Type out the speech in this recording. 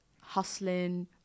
hustling